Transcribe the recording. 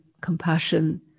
compassion